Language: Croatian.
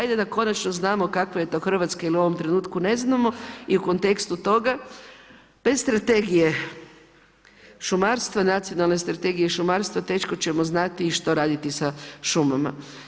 Ajde da konačno znamo kakva je to Hrvatska, jer u ovom trenutku ne znamo i u kontekstu toga, bez strategije šumarstva, nacionalne strategije šumarstva, teško ćemo znati i što raditi sa šumama.